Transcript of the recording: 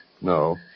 No